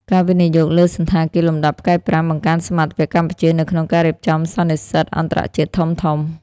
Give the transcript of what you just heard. ការវិនិយោគលើសណ្ឋាគារលំដាប់ផ្កាយប្រាំ បង្កើនសមត្ថភាពកម្ពុជានៅក្នុងការរៀបចំសន្និសីទអន្តរជាតិធំៗ។